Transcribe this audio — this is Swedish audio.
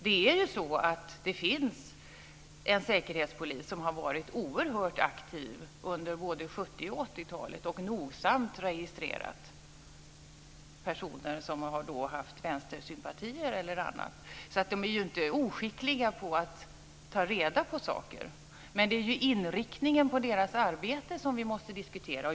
Det finns en säkerhetspolis som har varit oerhört aktiv under både 1970 och 1980-talet och nogsamt registrerat personer som har haft vänstersympatier eller annat. De är inte oskickliga på att ta reda på saker. Men det är inriktningen på deras arbete som vi måste diskutera.